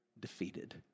defeated